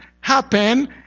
happen